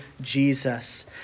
Jesus